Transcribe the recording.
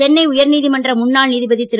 சென்னை உயர்நீதிமன்ற முன்னாள் நீதிபதி திரு